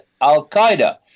Al-Qaeda